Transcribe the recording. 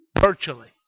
Virtually